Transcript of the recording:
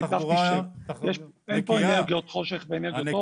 אין פה אנרגיות חושך ואנרגיות אור.